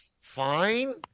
fine